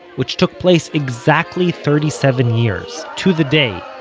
which took place exactly thirty-seven years, to the day,